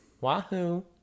wahoo